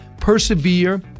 persevere